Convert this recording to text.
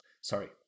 sorry